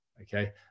Okay